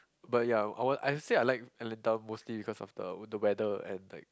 but ya I want I say I like Atlanta mostly because of the the weather and like